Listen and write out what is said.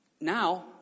now